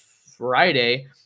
friday